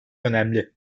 önemli